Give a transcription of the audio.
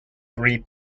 three